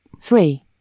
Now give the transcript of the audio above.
Three